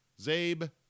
Zabe